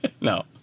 No